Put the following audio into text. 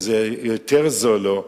וזה יותר זול לו,